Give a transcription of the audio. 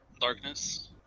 darkness